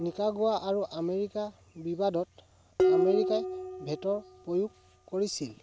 Nicaragua আৰু America বিবাদত আমেৰিকাই ভেটৰ প্ৰয়োগ কৰিছিল